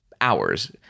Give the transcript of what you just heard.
Hours